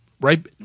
right